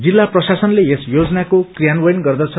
जिल्ला प्रशासनले यस योजनाको कियान्वयन गर्दछ